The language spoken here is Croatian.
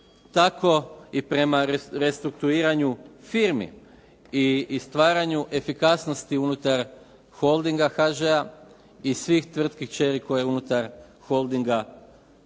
tako i prema restrukturiranju firmi i stvaranju efikasnosti unutar holdinga HŽ-a i svih tvrtki kćeri koje unutar holdinga